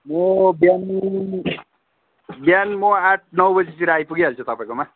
म बिहान बिहान म आठ नौ बजीतिर आइपुगिहाल्छु तपाईँकोमा